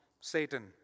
Satan